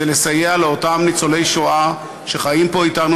זה לסייע לאותם ניצולי שואה שחיים פה אתנו